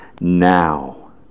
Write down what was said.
now